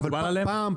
פעם,